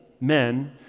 men